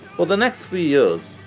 for the next three years,